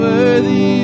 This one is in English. Worthy